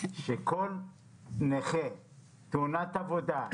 שכל נכה תאונת עבודה,